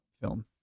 film